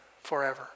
forever